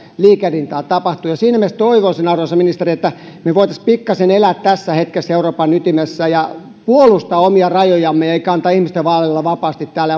liikehdintää tapahtuu siinä mielessä toivoisin arvoisa ministeri että me voisimme pikkaisen elää tässä hetkessä euroopan ytimessä ja puolustaa omia rajojamme emmekä antaa ihmisten vaellella vapaasti täällä